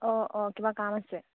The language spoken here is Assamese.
অঁ অঁ কিবা কাম আছে